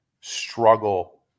struggle